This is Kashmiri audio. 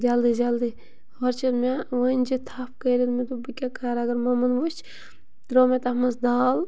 جلدی جلدی ہورٕ چھِ مےٚ وٲنجہِ تھَپھ کٔرِتھ مےٚ دوٚپ بہٕ کیٛاہ کَرٕ اگر ممَن وُچھ ترٛوو مےٚ تَتھ منٛز دال